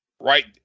Right